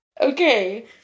Okay